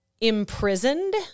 imprisoned